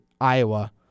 Iowa